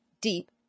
deep